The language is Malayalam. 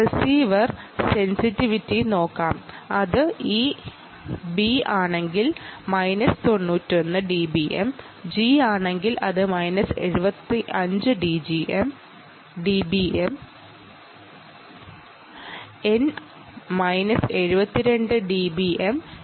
ഇനി റിസീവർ സെൻസിറ്റിവിറ്റി നോക്കാം അത് ബി ആണെങ്കിൽ മൈനസ് 91 ഡിബിഎം ജി ആണെങ്കിൽ അത് minus 75 dBm N minus 72 dBm ആണ്